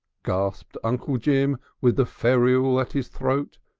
gasped uncle jim with the ferule at his throat.